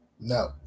no